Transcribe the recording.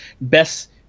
Best